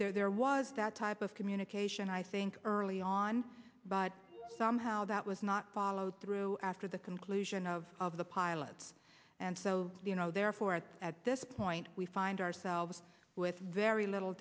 solution there was that type of communication i think early on but somehow that was not followed through after the conclusion of of the pilots and so you know therefore at this point we find ourselves with very little